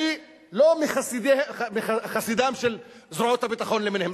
אני לא מחסידן של זרועות הביטחון למיניהן,